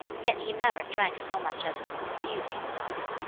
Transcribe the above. yet he never drank so much as to confuse himself.